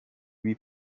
lui